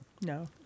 No